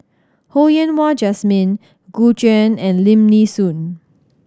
Ho Yen Wah Jesmine Gu Juan and Lim Nee Soon